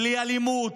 בלי אלימות,